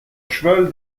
cheval